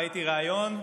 ראיתי ריאיון,